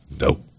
Nope